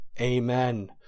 Amen